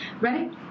Ready